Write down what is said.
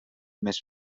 més